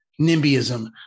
nimbyism